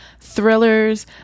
thrillers